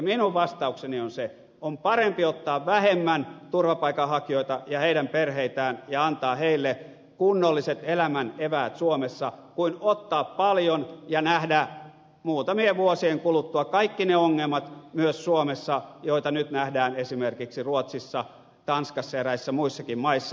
minun vastaukseni on se että on parempi ottaa vähemmän turvapaikanhakijoita ja heidän perheitään ja antaa heille kunnolliset elämän eväät suomessa kuin ottaa paljon ja nähdä muutamien vuosien kuluttua kaikki ne ongelmat myös suomessa joita nyt nähdään esimerkiksi ruotsissa tanskassa ja eräissä muissakin maissa